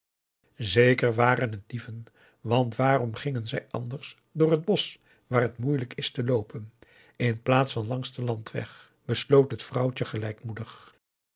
zeker waren het dieven want waarom gingen zij anders door het bosch waar het moeilijk is te loopen in plaats van langs den landweg besloot het vrouwtje